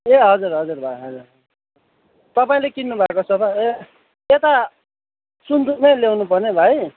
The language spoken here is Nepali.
ए हजुर हजुर भाइ हजुर तपाईँले किन्नु भएको सोफा ए यता सुन्दुक नै ल्याउनु पर्ने भाइ